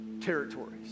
territories